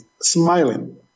smiling